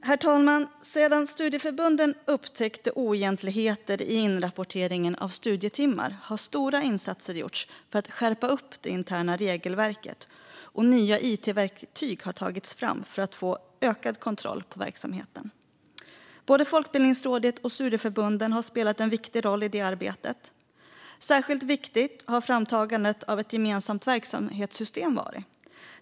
Herr talman! Sedan studieförbunden upptäckte oegentligheter i inrapporteringen av studietimmar har stora insatser gjorts för att skärpa det interna regelverket, och nya it-verktyg har tagits fram för att få ökad kontroll på verksamheten. Både Folkbildningsrådet och studieförbunden har spelat en viktig roll i det arbetet. Särskilt viktigt har framtagandet av ett gemensamt verksamhetssystem varit.